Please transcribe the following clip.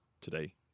today